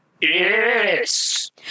Yes